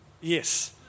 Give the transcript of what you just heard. Yes